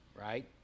right